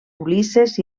ulisses